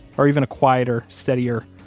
or even a quieter, steadier,